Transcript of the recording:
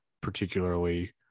particularly